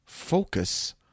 Focus